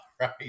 right